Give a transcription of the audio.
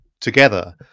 together